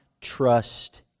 trust